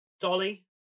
Dolly